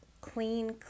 clean